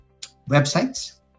websites